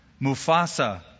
Mufasa